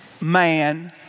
man